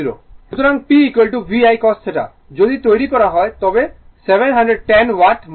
সুতরাং P VI cos θ যদি তৈরি করা হয় তবে 710 ওয়াটের মতো হবে